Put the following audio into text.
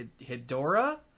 Hidora